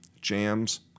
jams